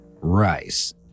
Rice